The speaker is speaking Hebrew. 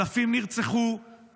אלפים נרצחו,